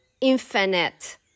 infinite